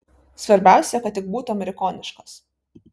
svarbiausia kad tik būtų amerikoniškas